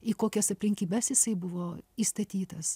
į kokias aplinkybes jisai buvo įstatytas